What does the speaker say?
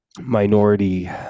minority